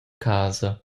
casa